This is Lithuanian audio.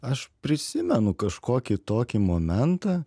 aš prisimenu kažkokį tokį momentą